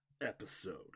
episode